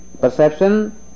perception